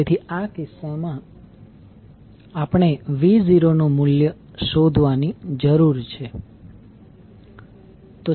તેથી આ કિસ્સામાં આપણે v0 નું મૂલ્ય શોધવાની જરૂર છે